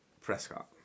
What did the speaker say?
Prescott